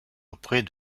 auprès